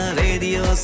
radio